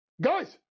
Guys